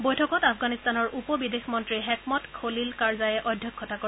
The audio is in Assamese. বৈঠকত আফগানিস্তানৰ উপ বিদেশ মন্ত্ৰী হেকমত খলিল কাৰ্জাইয়ে অধ্যক্ষতা কৰে